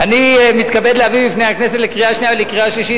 אני מתכבד להביא בפני הכנסת לקריאה שנייה ולקריאה שלישית